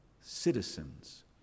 citizens